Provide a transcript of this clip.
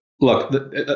look